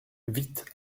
vite